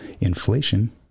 inflation